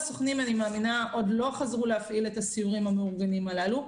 מאמינה שרוב הסוכנים עוד לא חזרו להפעיל את הסיורים המאורגנים הללו.